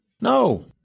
No